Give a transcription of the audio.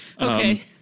Okay